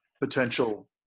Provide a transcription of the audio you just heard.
potential